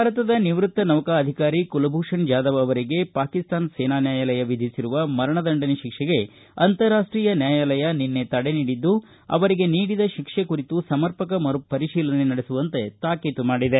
ಭಾರತದ ನಿವೃತ್ತ ನೌಕಾ ಅಧಿಕಾರಿ ಕುಲಭೂಷಣ್ ಜಾಧವ್ ಅವರಿಗೆ ಪಾಕಿಸ್ತಾನ ಸೇನಾ ನ್ಯಾಯಾಲಯ ವಿಧಿಸಿರುವ ಮರಣ ದಂಡನೆ ಶಿಕ್ಷೆಗೆ ಅಂತಾರಾಷ್ಷೀಯ ನ್ಯಾಯಾಲಯ ನಿನ್ನೆ ತಡೆ ನೀಡಿದ್ದು ಅವರಿಗೆ ನೀಡಿದ ಶಿಕ್ಷೆ ಕುರಿತು ಸಮರ್ಪಕ ಮರು ಪರಿಶೀಲನೆ ನಡೆಸುವಂತೆ ತಾಕೀತು ಮಾಡಿದೆ